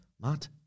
Matt